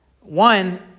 one